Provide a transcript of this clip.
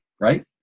right